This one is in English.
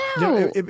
No